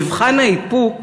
במבחן האיפוק,